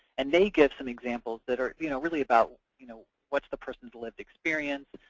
and they give some examples that are you know really about you know what's the person's lived experience,